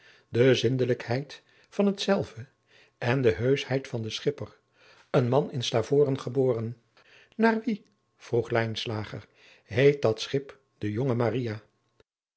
de zindelijkheid van hetzelve en de heuschheid van den schipper een man in staveren geboren naar wie vroeg lijnslager heet dat schip de jonge maria